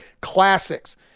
classics